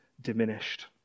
diminished